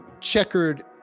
checkered